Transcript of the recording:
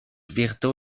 virto